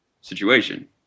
situation